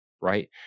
right